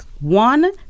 one